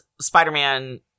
Spider-Man